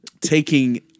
taking